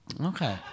Okay